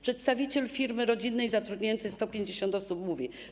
Przedstawiciel firmy rodzinnej zatrudniający 150 osób mówi: